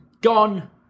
gone